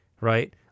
right